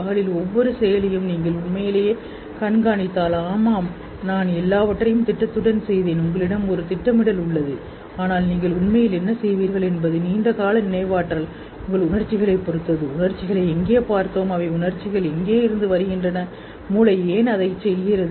பகலில் ஒவ்வொரு செயலையும் நீங்கள் உண்மையிலேயே கண்காணித்தால் ஆமாம் நான் எல்லாவற்றையும் திட்டத்துடன் செய்தேன் உங்களிடம் ஒரு திட்டமிடல் உள்ளது ஆனால் நீங்கள் உண்மையில் என்ன செய்வீர்கள் என்பது நீண்ட கால நினைவாற்றல் உங்கள் உணர்ச்சிகளைப் பொறுத்தது உணர்ச்சிகளை எங்கே பார்த்தோம் அவை உணர்ச்சிகளிலிருந்து வருகின்றன மூளை ஏன் இதைச் செய்கிறது